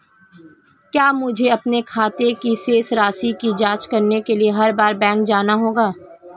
क्या मुझे अपने खाते की शेष राशि की जांच करने के लिए हर बार बैंक जाना होगा?